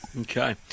Okay